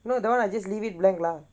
no that [one] I just leave it blank lah